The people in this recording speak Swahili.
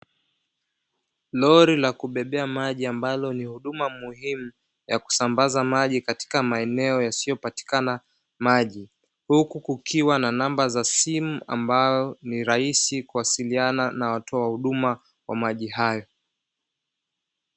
Lori la kubebea maji ambalo ni huduma muhimu ya kusambaza maji katika maeneo yasiyopatikana maji, huku kukiwa na namba za simu ambayo ni rahisi kuwasiliana na watoa huduma wa maji hayo.